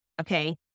okay